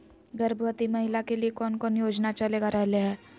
गर्भवती महिला के लिए कौन कौन योजना चलेगा रहले है?